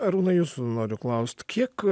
arūnai jūsų noriu klaust kiek